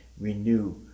renew